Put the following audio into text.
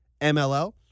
MLL